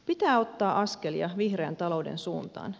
pitää ottaa askelia vihreän talouden suuntaan